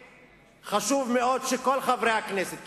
חשוב מאוד שכל חברי הכנסת יבינו,